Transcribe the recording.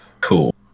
Cool